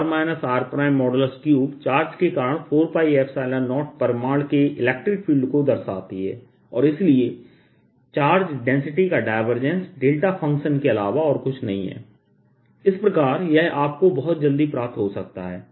3 charge के कारण 40परिमाण के इलेक्ट्रिक फील्ड को दर्शाती हैं और इसलिए चार्ज डेंसिटी का डायवर्जेंस डेल्टा फ़ंक्शन के अलावा और कुछ नहीं है इस प्रकार यह आपको बहुत जल्दी प्राप्त हो सकता है